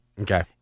Okay